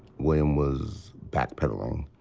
william was backpedaling,